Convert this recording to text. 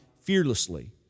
fearlessly